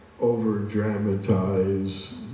over-dramatize